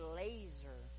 laser